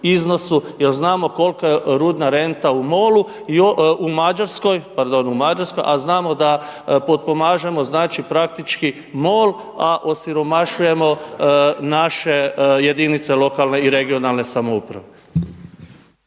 jer znamo kolika je rudna renta u Mađarskoj, a znamo da potpomažemo praktički MOL, a osiromašujemo naše jedinice lokalne i regionalne samouprave.